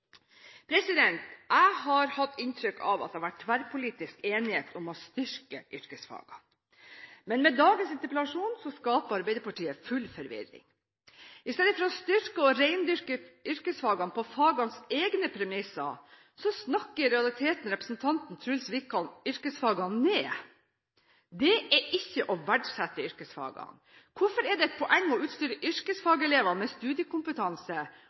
Jeg har hatt inntrykk av at det har vært tverrpolitisk enighet om å styrke yrkesfagene, men med dagens interpellasjon skaper Arbeiderpartiet full forvirring. I stedet for å styrke og rendyrke yrkesfagene på fagenes egne premisser, snakker representanten Truls Wickholm i realiteten yrkesfagene ned. Det er ikke å verdsette yrkesfagene. Hvorfor er det et poeng å utstyre yrkesfagelevene med studiekompetanse,